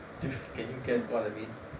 do you can you get what I mean